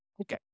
Okay